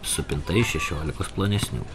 supinta iš šešiolikos plonesnių